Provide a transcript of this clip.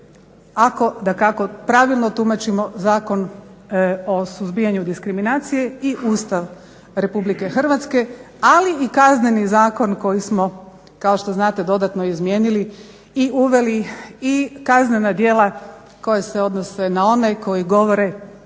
ako dakako pravilno tumačimo Zakon o suzbijanju diskriminacije i Ustav RH, ali i Kazneni zakon koji smo kao što znate dodatno izmijenili i uveli kaznena djela koja se odnose na one koji govore